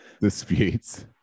disputes